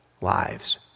lives